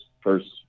first